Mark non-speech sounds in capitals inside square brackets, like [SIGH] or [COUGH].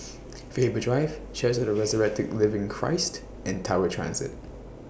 [NOISE] Faber Drive Church of The Resurrected Living Christ and Tower Transit